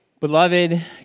Beloved